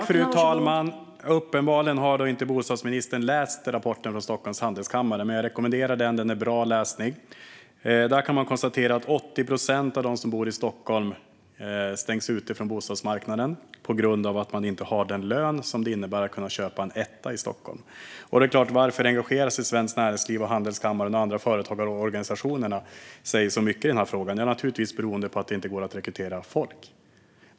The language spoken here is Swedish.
Fru talman! Uppenbarligen har bostadsministern inte läst rapporten från Stockholms Handelskammare. Jag rekommenderar den. Den är bra läsning. Där konstaterar man att 80 procent av dem som bor i Stockholm stängs ute från bostadsmarknaden på grund av att de inte har den lön som behövs för att kunna köpa en etta i Stockholm. Varför engagerar sig Svenskt Näringsliv, handelskammaren och andra företagarorganisationer i den här frågan? Jo, naturligtvis för att det inte går att rekrytera folk.